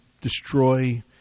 destroy